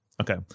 Okay